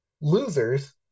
losers